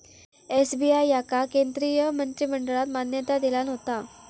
SBI याका केंद्रीय मंत्रिमंडळान मान्यता दिल्यान होता